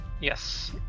Yes